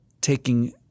taking